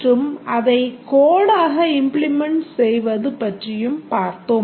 மற்றும் அதை codeஆக implement செய்வது பற்றியும் பார்த்தோம்